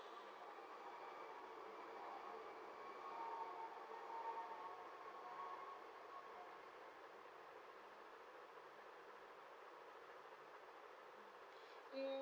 um